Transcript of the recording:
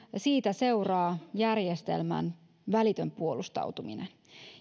siitä seuraa järjestelmän välitön puolustautuminen